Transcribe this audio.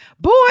Boy